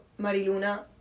Mariluna